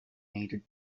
needed